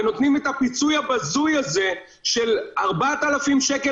ונותנים את הפיצוי הבזוי של 4,000 שקל